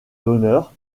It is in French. honneurs